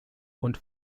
und